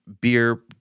beer